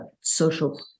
social